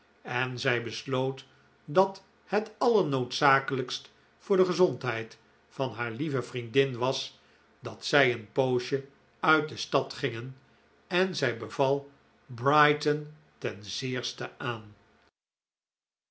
en zij besloot dat het allernoodzakelijkst voor de gezondheid van haar lieve vriendin was dat zij een poosje uit de stad gingen en zij beval brighton ten zeerste aan